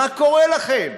מה קורה לכם?